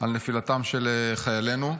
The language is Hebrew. על נפילתם של חיילינו.